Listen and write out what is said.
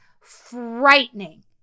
frightening